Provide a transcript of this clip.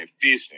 fishing